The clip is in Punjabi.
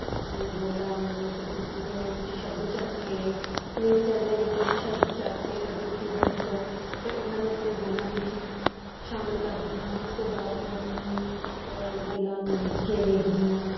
ਆਪਣੇ ਬੋਲਾਂ ਨੂੰ ਪ੍ਰਕਿਰਤੀ ਤੋਂ ਕੁਝ ਸ਼ਬਦ ਚੱਕ ਕੇ ਨੇਚਰ ਦੇ ਵਿੱਚੋਂ ਸ਼ਬਦ ਚੱਕ ਕੇ ਪ੍ਰਕਿਰਤੀ ਦੇ ਵਿੱਚੋਂ ਅਤੇ ਉਹਨਾਂ ਨੂੰ ਆਪਣੇ ਬੋਲਾਂ ਵਿੱਚ ਸ਼ਾਮਿਲ ਕਰਦੀ ਹਾਂ ਉਸ ਤੋਂ ਬਾਅਦ ਮੈਂ ਆਪਣੇ ਬੋਲਾਂ ਨੂੰ ਲਿਖ ਕੇ ਦੇਖਦੀ ਹਾਂ